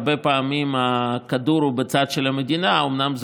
הרבה פעמים הכדור הוא בצד של המדינה אומנם,